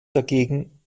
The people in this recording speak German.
dagegen